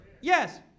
Yes